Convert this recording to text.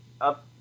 up